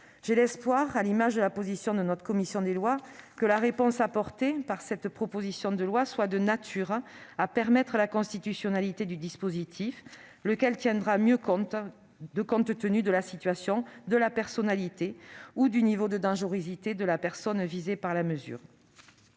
J'ai l'espoir, à l'image de la position de la commission des lois, que la réponse apportée par cette proposition de loi sera de nature à permettre la constitutionnalité du dispositif, lequel prendra mieux en compte la situation, la personnalité ou le niveau de dangerosité de la personne visée par la mesure.